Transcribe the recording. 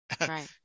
Right